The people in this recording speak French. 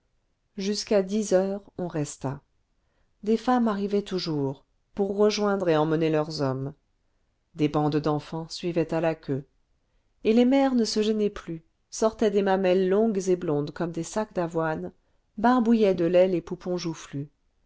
jusqu'à dix heures on resta des femmes arrivaient toujours pour rejoindre et emmener leurs hommes des bandes d'enfants suivaient à la queue et les mères ne se gênaient plus sortaient des mamelles longues et blondes comme des sacs d'avoine barbouillaient de lait les poupons joufflus